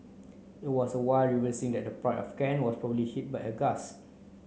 it was while reversing that the Pride of Kent was probably hit by a gust